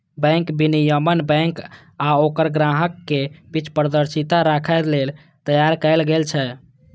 bank विनियमन bank आ ओकर ग्राहकक बीच पारदर्शिता राखै लेल तैयार कैल गेल छै